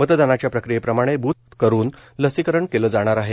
मतदानाच्या प्रक्रियेप्रमाणे बूथ करुन लसीकरण केलं जाणार आहे